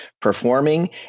performing